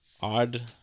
odd